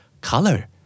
color